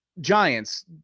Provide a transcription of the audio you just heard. Giants